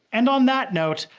and on that note,